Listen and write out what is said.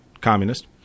Communist